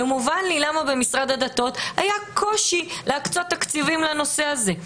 ומובן לי למה היה קושי במשרד הדתות להקצות תקציבים לנושא הזה.